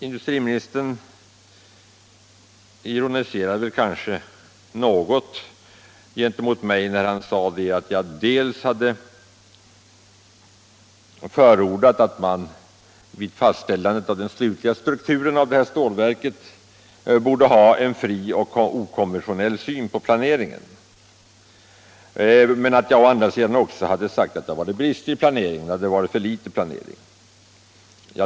Industriministern ironiserade något gentemot mig när han sade att jag hade förordat att man vid fastställandet av den slutliga strukturen av stålverket borde ha en fri och okonventionell syn på planeringen men att jag å andra sidan hade ansett att det hade varit brister i planeringen, att det hade varit för litet planering.